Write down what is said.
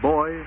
Boy